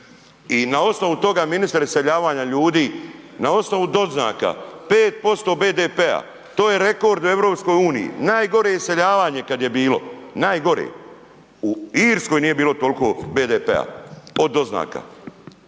i na osnovu toga ministre iseljavanja ljudi, na osnovu doznaka 5% BDP-a to je rekord u EU, najgore iseljavanje kada je bilo, najgore. U Irskoj nije bilo toliko BDP-a od doznaka.